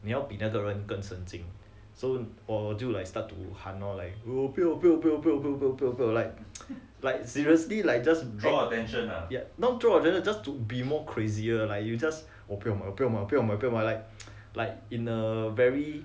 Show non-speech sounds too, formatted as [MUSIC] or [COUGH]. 你要比那个人更神经 so for 我就 start to 喊 lor like 我不要我不要我不要不要不要 like [NOISE] like seriously like ya not draw attention just be more crazier like you just 我不要买我不要我不要买我不要 like [NOISE] like in a very